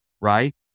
right